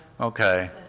Okay